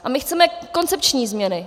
A my chceme koncepční změny.